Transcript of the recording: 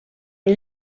une